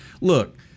look